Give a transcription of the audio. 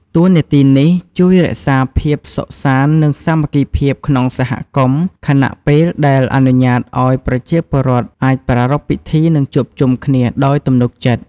តួនាទីនេះជួយរក្សាភាពសុខសាន្ត និងសាមគ្គីភាពក្នុងសហគមន៍ ខណៈពេលដែលអនុញ្ញាតឱ្យប្រជាពលរដ្ឋអាចប្រារព្ធពិធី និងជួបជុំគ្នាដោយទំនុកចិត្ត។